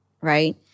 right